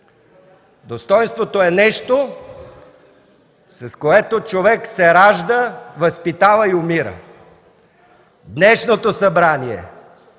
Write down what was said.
Достойнството е нещо, с което човек се ражда, възпитава и умира! Днешното Събрание,